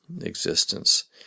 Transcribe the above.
existence